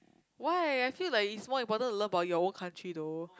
why I feel like it's more important to love about your own country though